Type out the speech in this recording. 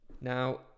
Now